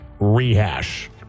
rehash